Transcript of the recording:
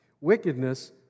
Wickedness